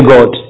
God